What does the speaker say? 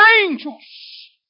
angels